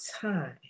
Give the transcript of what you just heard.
time